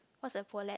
what's a polite